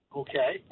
okay